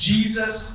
Jesus